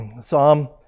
Psalm